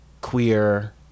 queer